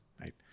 right